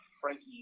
Frankie